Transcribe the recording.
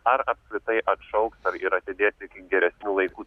ar apskritai atšauks ir atidės iki geresnių laikų